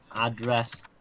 address